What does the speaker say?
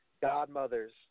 godmothers